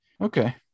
okay